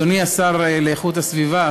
השר להגנת הסביבה,